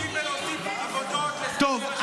למה אנחנו עוסקים בלהוסיף עבודות --- טוב,